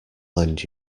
lend